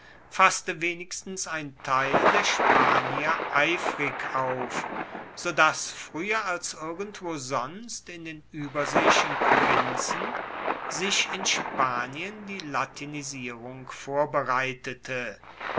fasste wenigstens ein teil der spanier eifrig auf so dass frueher als irgendwo sonst in den ueberseeischen provinzen sich in spanien die latinisierung vorbereitete